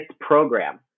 program